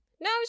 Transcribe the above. No